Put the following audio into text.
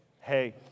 hey